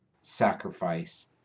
sacrifice